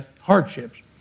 hardships